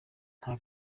nta